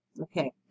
Okay